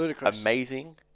amazing